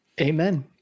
Amen